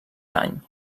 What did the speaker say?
any